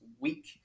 week